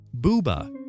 Booba